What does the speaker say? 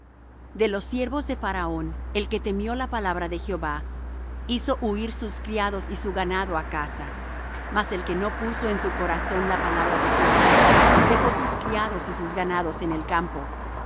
de los siervos de faraón el que temió la palabra de jehová hizo huir sus criados y su ganado á casa mas el que no puso en su corazón la palabra de jehová dejó sus criados y sus ganados en el campo